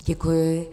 Děkuji.